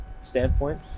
standpoint